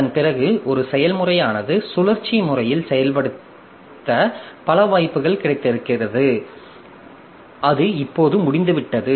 அதன்பிறகு ஒரு செயல்முறையானது சுழற்சி முறையில் செயல்படுத்த பல வாய்ப்புகள் கிடைத்திருந்தால் அது இப்போது முடிந்துவிட்டது